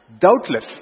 Doubtless